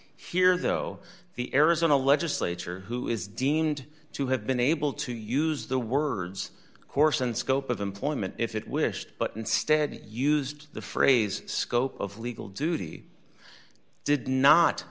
here though the arizona legislature who is deemed to have been able to use the words course and scope of employment if it wished but instead used the phrase scope of legal duty did not